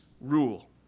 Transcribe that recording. rule